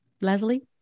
Leslie